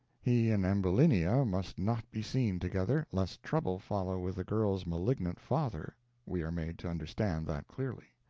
he and ambulinia must not be seen together, lest trouble follow with the girl's malignant father we are made to understand that clearly.